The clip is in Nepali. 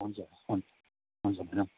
हुन्छ हुन्छ हुन्छ म्याडम